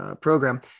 program